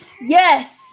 Yes